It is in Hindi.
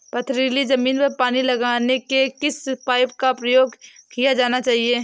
पथरीली ज़मीन पर पानी लगाने के किस पाइप का प्रयोग किया जाना चाहिए?